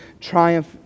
triumph